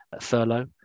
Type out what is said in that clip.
furlough